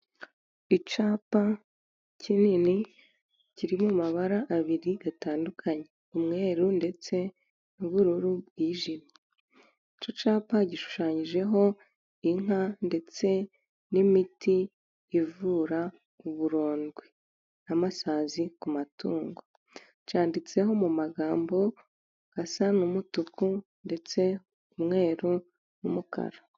Icyapa kinini kiri mu mabara abiri atandukanye umweru ndetse n'ubururu bwijimye. Icyo cyapa gishushanyijeho inka ndetse n'imiti ivura uburondwe n'amasazi ku matungo, cyanditseho mu magambo asa n'umutuku ndetse umweru n'umukara.